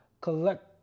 collect